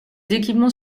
équipements